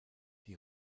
die